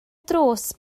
drws